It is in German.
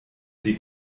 sie